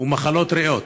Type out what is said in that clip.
ומחלות ריאות.